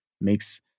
makes